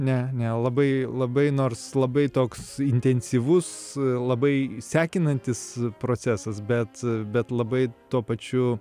ne ne labai labai nors labai toks intensyvus labai sekinantis procesas bet bet labai tuo pačiu